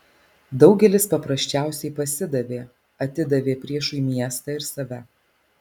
daugelis paprasčiausiai pasidavė atidavė priešui miestą ir save